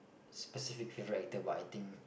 specific favourite actor but I think